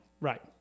Right